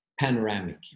panoramic